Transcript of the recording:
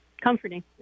comforting